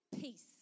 peace